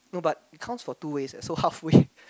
no but it counts for two ways eh so halfway